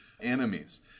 enemies